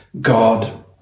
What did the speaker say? God